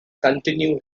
continue